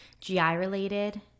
GI-related